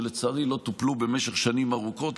שלצערי לא טופלו במשך שנים ארוכות,